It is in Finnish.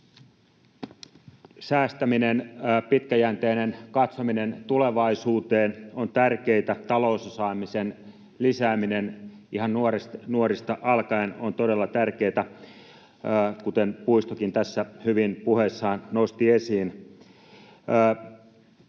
Säästäminen, pitkäjänteinen katsominen tulevaisuuteen on tärkeää. Talousosaamisen lisääminen ihan nuorista alkaen on todella tärkeää, kuten Puistokin tässä puheessaan hyvin nosti esiin.